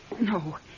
No